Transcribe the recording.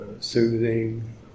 soothing